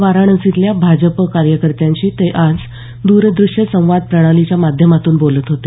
वाराणसीतल्या भाजप कार्यकर्त्यांशी ते आज दूरदृष्यसंवाद प्रणालीच्या माध्यमातून बोलत होते